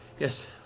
yes.